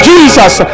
Jesus